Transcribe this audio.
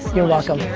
you're welcome,